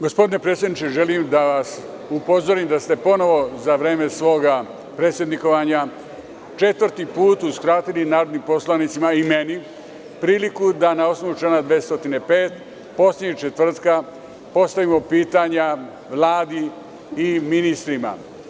Gospodine predsedniče, želim da vas upozorim da ste ponovo za vreme svoga predsednikovanja, četvrti put uskratili narodnim poslanicima i meni, priliku da na osnovu člana 205. poslednjeg četvrtka postavimo pitanja Vladi i ministrima.